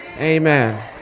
Amen